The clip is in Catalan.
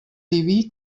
diví